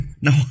No